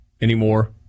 anymore